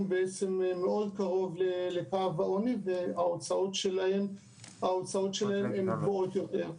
קרוב מאוד לקו העוני וההוצאות שלהם גבוהות יותר.